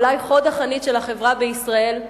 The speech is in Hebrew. אולי חוד החנית של החברה בישראל,